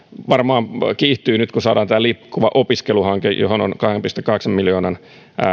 varmaan vauhti kiihtyy nyt kun saadaan tämä liikkuva opiskelu hanke johon on kahden pilkku kahdeksan miljoonan